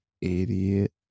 idiot